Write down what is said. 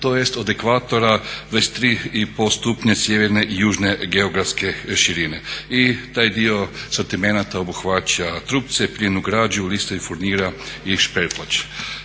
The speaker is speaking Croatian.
tj. od Ekvatora 23,5 stupnja sjeverne i južne geografske širine. I taj dio sortimenata obuhvaća trupce, piljevnu građu, listove furnira i šperploče.